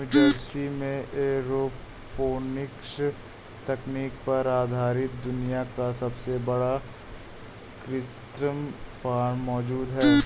New Jersey में aeroponics तकनीक पर आधारित दुनिया का सबसे बड़ा कृत्रिम फार्म मौजूद है